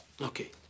Okay